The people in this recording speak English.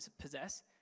possess